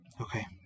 Okay